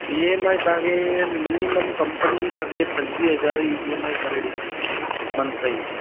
E M I तांखे minimum company तव्हांखे पंजवीह हज़ार जी ई एम आइ करे ॾींदी मंथ जी